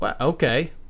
Okay